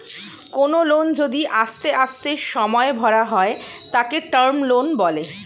কোনো লোন যদি আস্তে আস্তে সময়ে ভরা হয় তাকে টার্ম লোন বলে